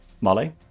Molly